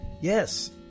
Yes